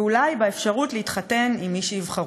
ואולי באפשרות להתחתן עם מי שיבחרו.